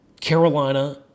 Carolina